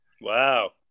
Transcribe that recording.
Wow